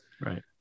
right